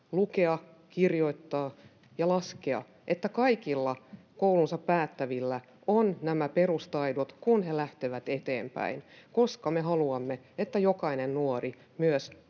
lukea, kirjoittaa ja laskea, että kaikilla koulunsa päättävillä on nämä perustaidot, kun he lähtevät eteenpäin, koska me haluamme, että jokainen nuori